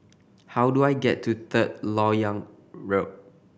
how do I get to Third Lok Yang Road